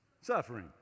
suffering